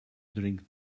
drink